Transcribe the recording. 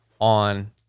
on